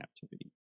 captivity